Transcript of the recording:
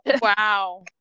Wow